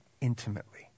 Intimately